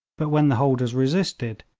but when the holders resisted,